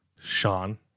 Sean